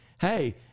hey